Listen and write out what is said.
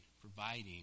providing